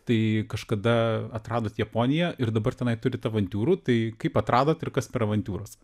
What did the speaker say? tai kažkada atradot japoniją ir dabar tenai turit avantiūrų tai kaip atradot ir kas per avantiūros